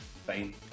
fine